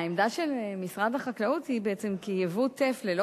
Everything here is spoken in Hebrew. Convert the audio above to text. העמדה של משרד החקלאות היא בעצם שייבוא טף ללא